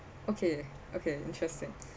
okay okay interesting